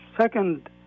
Second